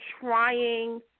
trying